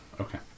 Okay